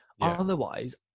otherwise